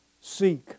seek